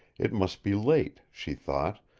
it must be late, she thought,